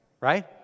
right